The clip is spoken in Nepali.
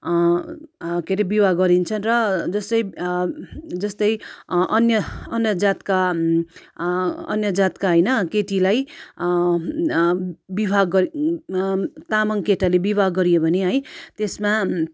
के अरे विवाह गरिन्छन् र जस्तै जस्तै अन्य अन्य जातका अन्य जातका होइन केटीलाई विवाह गरी तामाङ केटाले गर्यो भने है त्यसमा